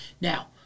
Now